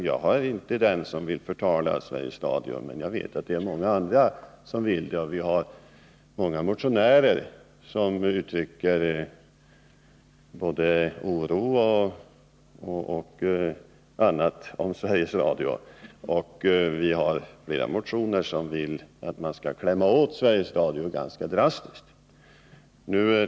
Jag är inte den som vill förtala Sveriges Radio, men jag vet att många andra vill göra det. Många motionärer uttrycker bl.a. oro när det gäller Sveriges Radio, och i flera motioner vill man att Sveriges Radio skall klämmas åt ganska drastiskt.